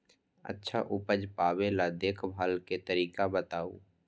अच्छा उपज पावेला देखभाल के तरीका बताऊ?